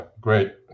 great